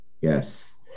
Yes